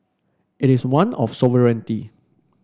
it is one of sovereignty